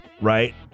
right